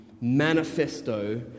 manifesto